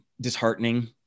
disheartening